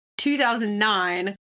2009